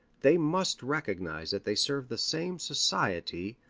they must recognize that they serve the same society,